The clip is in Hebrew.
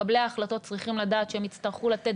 מקבלי ההחלטות צריכים לדעת שהם יצטרכו לתת